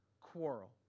quarrel